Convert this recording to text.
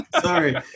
Sorry